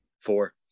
Four